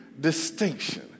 distinction